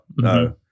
No